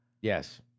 Yes